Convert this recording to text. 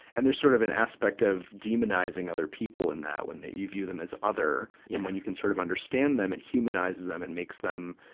and there's sort of an aspect of demonizing other people in that, when you view them as other. and when you can sort of understand them, it humanizes them. it makes them,